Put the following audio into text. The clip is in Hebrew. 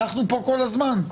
אנחנו פה כל הזמן.